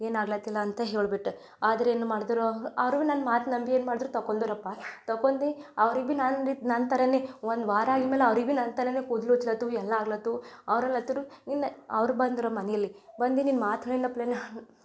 ಏನಾಗ್ಲತ್ತಿಲ್ಲ ಅಂತ ಹೇಳ್ಬಿಟ್ಟೆ ಆದ್ರೆ ಏನು ಮಾಡಿದ್ರು ಅವರೂ ನನ್ನ ಮಾತು ನಂಬಿ ಏನು ಮಾಡಿದ್ರು ತಗೊಂದುರಪ್ಪ ತಕೊಂದು ಅವ್ರಿಗೆ ಬಿ ನನ್ನ ರೀ ನನ್ನ ಥರವೇ ಒಂದು ವಾರ ಆಗಿದ್ದ ಮೇಲೆ ಅವ್ರಿಗೆ ಬಿ ನನ್ನ ಥರವೇ ಕೂದ್ಲು ಉಜ್ಲತ್ತು ಎಲ್ಲ ಆಗ್ಲತ್ತು ಅವ್ರು ನಿನ್ನ ಅವ್ರು ಬಂದರು ಮನೆಯಲ್ಲಿ ಬಂದು ನಿನ್ನ ಮಾತು